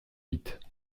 vite